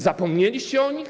Zapomnieliście o nich?